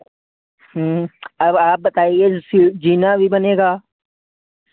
अब आप बताइए सी ज़ीना भी बनेगा